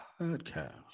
Podcast